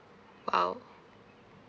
!wow!